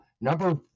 number